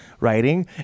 writing